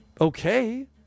okay